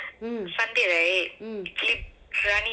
mm mm